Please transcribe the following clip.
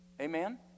amen